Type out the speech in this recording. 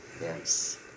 Yes